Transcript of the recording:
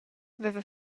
veva